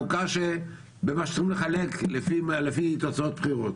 במה שצריכים לחלק לפי תוצאות בחירות.